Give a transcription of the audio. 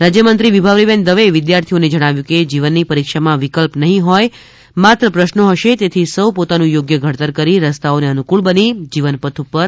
રાજ્યમંત્રી વિભારીબેન દવેએ વિદ્યાર્થીઓને જણાવ્યું હતું કે જીવનની પરીક્ષામાં વિકલ્પ નહી હોય માત્ર પ્રશ્નો હશે તેથી સહ્ પોતાનું યોગ્ય ઘડતર કરી રસ્તાઓને અનુકુળ બની જીવન પથ પર આગળ વધજો